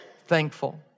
thankful